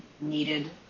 needed